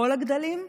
בכל הגדלים,